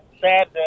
Sad